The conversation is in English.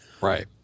Right